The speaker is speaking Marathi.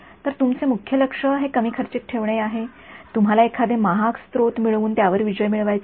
तर तुमचे मुख्य लक्ष्य हे कमी खर्चिक ठेवणे हे आहे तुम्हाला एखादे महाग स्त्रोत मिळवून त्यावर विजय मिळवायचा नाही